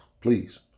Please